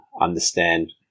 understand